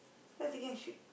then I was thinking sh~